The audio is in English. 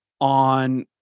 on